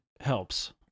helps